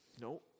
No